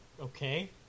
Okay